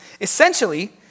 Essentially